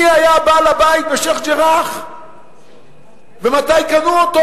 מי היה בעל הבית בשיח'-ג'ראח ומתי קנו אותו?